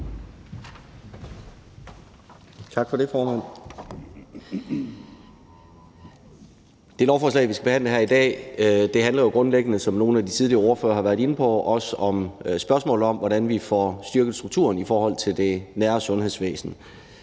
Tak for det, formand. Det lovforslag, vi skal behandle her i dag, handler grundlæggende om, som nogle af de tidligere ordførere har været inde på, spørgsmålet om, hvordan vi får styrket strukturen i det nære sundhedsvæsen,